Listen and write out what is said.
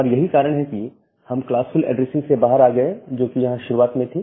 और यही कारण है कि हम क्लास फुल ऐड्रेसिंग से बाहर आ गए जो कि यहां शुरुआत में थी